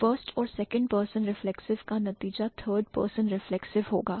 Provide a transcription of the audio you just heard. First और second person reflexive का नतीजा third person reflexive होगा